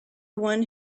one